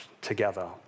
together